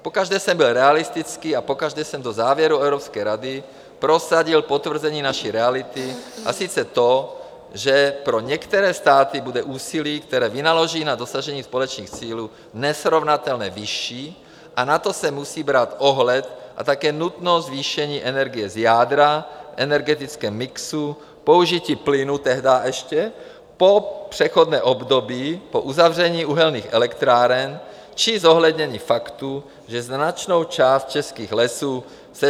Pokaždé jsem byl realistický a pokaždé jsem do závěrů Evropské rady prosadil potvrzení naší reality, a sice to, že pro některé státy bude úsilí, které vynaloží na dosažení společných cílů, nesrovnatelně vyšší a na to se musí brát ohled, a také nutnost zvýšení energie z jádra v energetickém mixu, použití plynu tehdy ještě po přechodné období po uzavření uhelných elektráren či zohlednění faktů, že značnou část českých lesů sežral kůrovec.